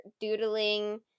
doodling